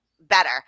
better